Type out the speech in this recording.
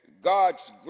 God's